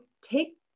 take